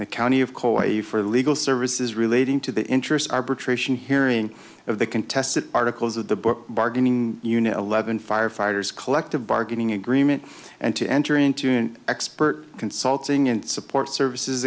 and county of coal you for legal services relating to the interest in hearing of the contested articles of the book bargaining unit eleven firefighters collective bargaining agreement and to enter into an expert consulting in support services